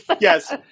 Yes